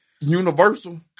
Universal